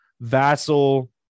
Vassal